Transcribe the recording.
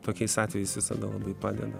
tokiais atvejais visada labai padeda